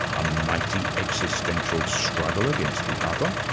a mighty existential struggle against the other?